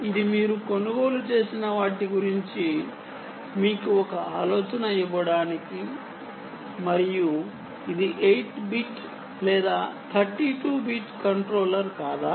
ఇది మీరు కొనుగోలు చేసిన వాటి గురించి మీకు ఒక ఆలోచన ఇవ్వడానికి మరియు ఇది 8 బిట్ లేదా 32 బిట్ కంట్రోలర్ కాదా